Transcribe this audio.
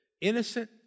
innocent